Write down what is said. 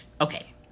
Okay